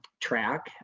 track